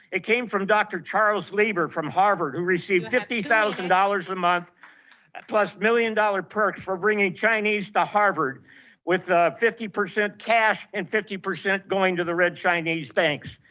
it came from dr. charles lieber from harvard who received fifty thousand dollars a month plus million dollar perk for bringing chinese to harvard with a fifty percent cash and fifty percent going to the red chinese banks.